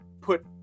put